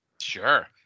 Sure